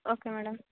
okay madam